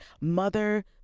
mother